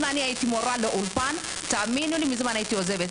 אם אני הייתי מורה באולפן מזמן הייתי עוזבת.